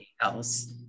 else